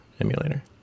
emulator